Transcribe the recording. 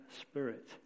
spirit